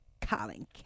Colin